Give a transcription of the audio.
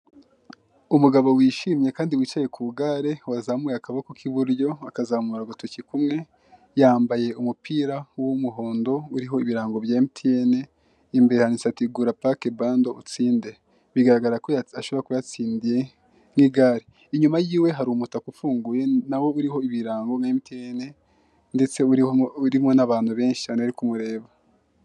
Umugabo wishimye kandi wicaye ku igare wazamuye akaboko k'iburyo akazamura agatoki kumwe yambaye umupira w'umuhondo uriho ibirango bya emutiyeni, imbere handitse atigura pake bando utsinde bigaragara ko ashobora kuba yatsindiye nk'igare inyuma yiwe hari umutaka ufunguye nawo uriho ibirango bya emutiyeni ndetse uriho n'abantu benshi bari kumureba.